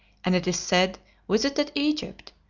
and it is said visited egypt,